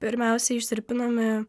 pirmiausia ištirpinami